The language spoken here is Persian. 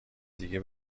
دیگه